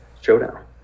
showdown